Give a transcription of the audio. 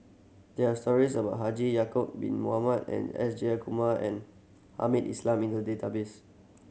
there're stories about Haji Ya'acob Bin Mohamed and S Jayakumar and Hamed Islam in the database